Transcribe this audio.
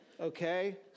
Okay